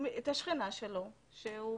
באיזו קלות דעת.